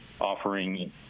offering